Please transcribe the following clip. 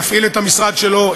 יפעיל את המשרד שלו.